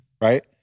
right